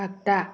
आग्दा